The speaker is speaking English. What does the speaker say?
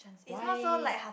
why